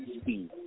speed